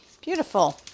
Beautiful